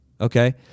okay